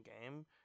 game